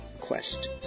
quest